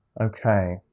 Okay